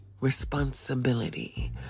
responsibility